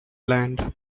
land